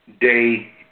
day